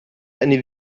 eine